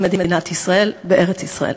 היא מדינת ישראל בארץ-ישראל.